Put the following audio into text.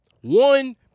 One